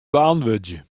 beäntwurdzje